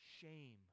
shame